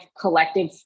collective